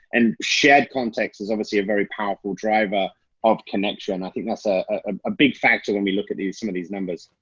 and shared context is obviously a very powerful driver of connection. i think that's ah a big factor when we look at some of these numbers.